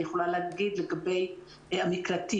אני יכולה להגיד לגבי המקלטים.